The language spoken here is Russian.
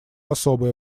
особое